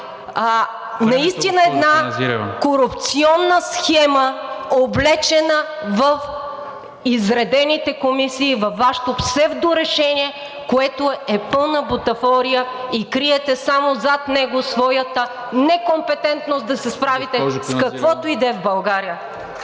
Каназирева! ДАНИ КАНАЗИРЕВА: …облечена в изредените комисии във Вашето псевдорешение, което е пълна бутафория, и криете само зад него своята некомпетентност да се справите с каквото и да е в България.